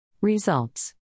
Results